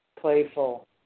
playful